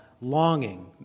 longing